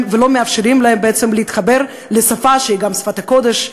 ולא מאפשרים להם להתחבר לשפה שהיא גם שפת הקודש,